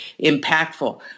impactful